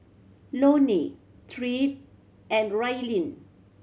Loney Tripp and Raelynn